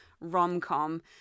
rom-com